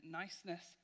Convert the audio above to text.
niceness